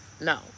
No